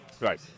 right